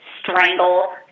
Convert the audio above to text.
strangle